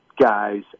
guys